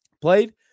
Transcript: played